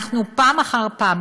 פעם אחר פעם,